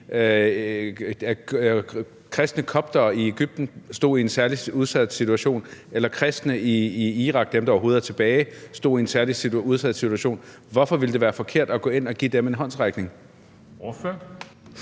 kristne koptere i Egypten stod i en særlig udsat situation, eller kristne i Irak, dem, der overhovedet er tilbage, stod i en særlig udsat situation. Hvorfor ville det være forkert at gå ind at give dem en håndsrækning?